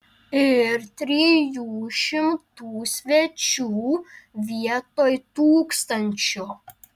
ir trijų šimtų svečių vietoj tūkstančio